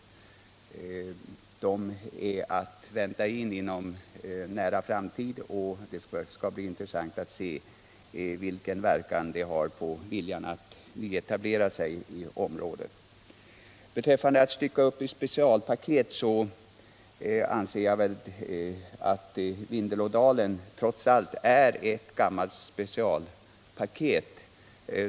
Ansökningar är att vänta inom en nära framtid, och det skall bli intressant att se vilken verkan dessa åtgärder har på företagarens vilja att etablera sig i området. Beträffande åsikten att man ej skall stycka upp insatser i specialpaket anser jag att det i Vindelådalen trots allt är fråga om ett gammalt specialpaket.